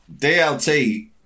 DLT